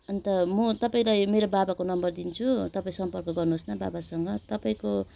अन्त म तपाईँलाई मेरो बाबाको नम्बर दिन्छु तपाईँ सम्पर्क गर्नुहोस् न बाबासँग तपाईँको